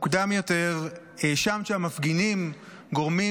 מוקדם יותר האשמת בכך שהמפגינים גורמים